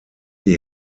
die